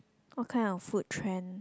what kind of food trend